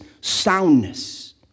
soundness